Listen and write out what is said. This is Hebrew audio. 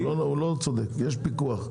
יש פיקוח.